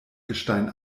gestein